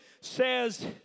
says